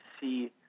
see